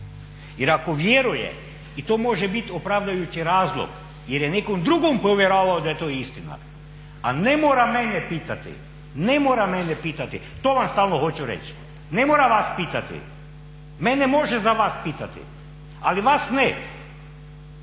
Jer ako vjeruje i to može biti opravdajući razlog jer je nekom drugom povjerovao da je to istina, a ne mora mene pitati, ne mora mene pitati, to vam stalno hoću reći. Ne mora vas pitati, mene može za vas pitati ali vas ne.